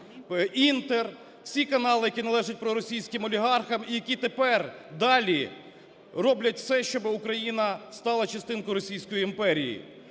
"Інтер", всі канали, які належать проросійським олігархам і які тепер далі роблять все, щоб Україна стала частинкою російської імперії.